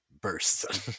burst